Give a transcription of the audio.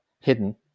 hidden